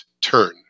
turn